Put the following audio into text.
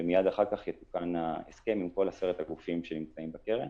ומייד אחר כך יתוקן ההסכם עם כל עשרת הגופים שנמצאים בקרן.